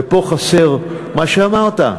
ופה חסר מה שאמרת,